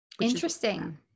Interesting